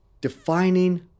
defining